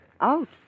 Out